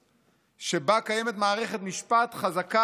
שבה קיימת מערכת משפט חזקה ועצמאית.